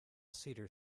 seater